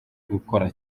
gukora